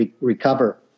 recover